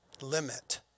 limit